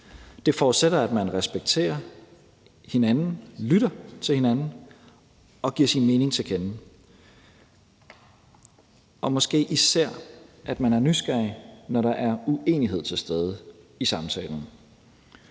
Det forudsætter, at man respekterer hinanden og lytter til hinanden og giver sin mening til kende, og måske især at man er nysgerrig, når der er uenighed til stede i samtalen.